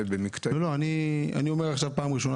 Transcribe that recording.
אני אומר את הדברים בפעם הראשונה,